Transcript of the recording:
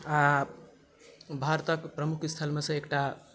आ भारतक प्रमुख स्थलमे सँ एकटा